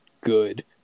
good